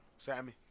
Sammy